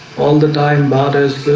all the time ah